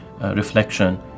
reflection